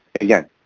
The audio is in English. Again